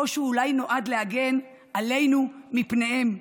או שאולי הוא נועד להגן עלינו מפניהם,